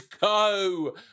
go